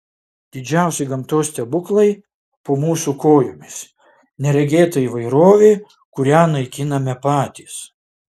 didžiausi gamtos stebuklai po mūsų kojomis neregėta įvairovė kurią naikiname patys